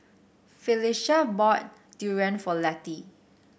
Phylicia bought Durian for Letty